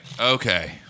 Okay